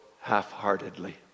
half-heartedly